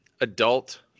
adult